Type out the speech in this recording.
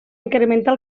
incrementar